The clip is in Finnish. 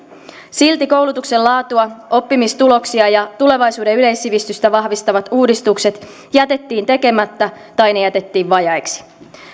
silti koulutuksen laatua oppimistuloksia ja tulevaisuuden yleissivistystä vahvistavat uudistukset jätettiin tekemättä tai ne jätettiin vajaiksi